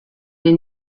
les